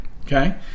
Okay